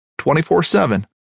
24-7